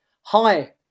Hi